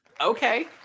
Okay